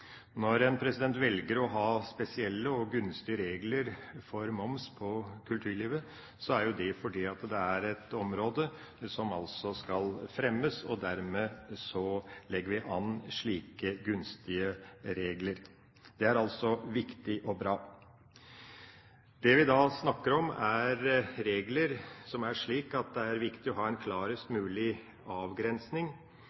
Når en velger å ha spesielle og gunstige regler for moms på kulturlivet, er det fordi det er et område som skal fremmes. Dermed etablerer vi slike gunstige regler. Det er viktig og bra. Det vi snakker om, er regler der det er viktig å ha en klarest